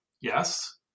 Yes